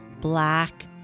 black